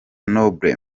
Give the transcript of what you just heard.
noble